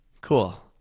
Cool